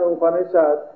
Upanishad